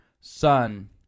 Son